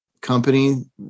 company